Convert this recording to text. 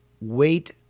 wait